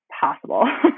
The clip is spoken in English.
possible